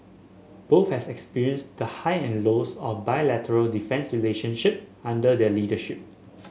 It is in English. both have experienced the high and lows of bilateral defence relationship under their leadership